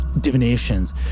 divinations